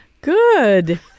Good